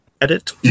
edit